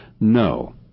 No